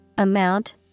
Amount